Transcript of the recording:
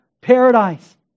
paradise